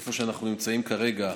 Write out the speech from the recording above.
המקום שבו אנחנו נמצאים כרגע,